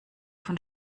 von